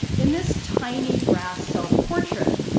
in this tiny, brass self portrait,